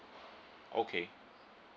okay